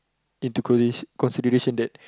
into consi~ consideration that